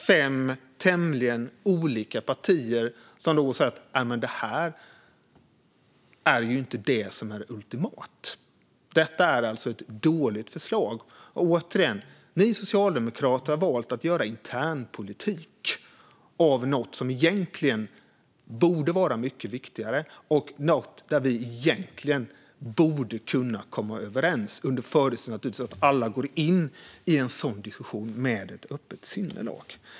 Fem tämligen olika partier har sagt att detta inte är ultimat. Detta är ett dåligt förslag. Ni socialdemokrater har valt att göra internpolitik av något som egentligen borde vara mycket viktigare och där vi egentligen borde komma överens - naturligtvis under förutsättning att alla går in i en sådan diskussion med ett öppet sinnelag.